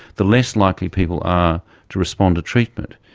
the less likely people are to respond to treatment.